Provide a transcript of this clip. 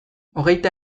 hogeita